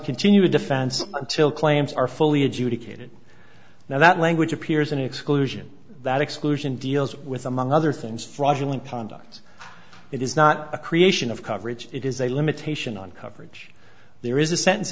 continue a defense until claims are fully adjudicated now that language appears an exclusion that exclusion deals with among other things fraudulent conduct it is not a creation of coverage it is a limitation on coverage there is a sen